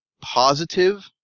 positive